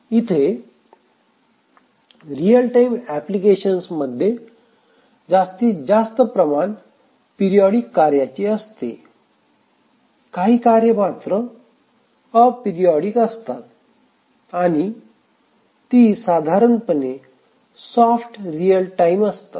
इथे real time applications मध्ये जास्तीत जास्त प्रमाण पिरीओडिक कार्यांचे असते काही कार्य मात्र अपिरिओडीक असतात आणि ती साधारणपणे सॉफ्ट रियल टाइम असतात